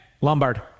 Lombard